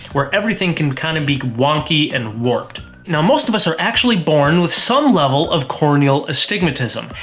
where everything can kind of be wonky and warped. now most of us are actually born with some level of corneal astigmatism,